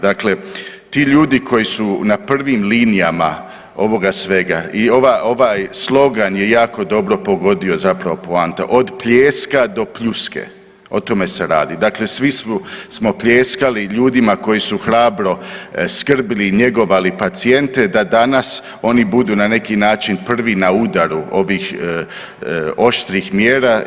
Dakle, ti ljudi koji su na prvim linijama ovoga svega i ovaj slogan je jako dobro pogodio poantu od „Pljeska do pljuske“ o tome se radi, dakle svi smo pljeskali ljudima koji su hrabro skrbili i njegovali pacijente da danas oni budu na neki način prvi na udaru ovih oštrih mjera.